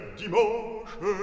dimanche